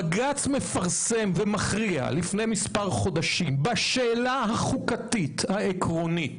בג"ץ מפרסם ומכריע לפני מספר חודשים בשאלה החוקתית העקרונית,